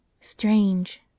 Strange